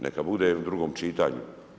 Neka bude u drugom čitanju.